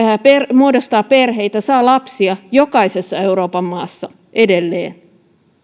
muodostaa perheitä saa lapsia jokaisessa euroopan maassa edelleen